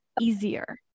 easier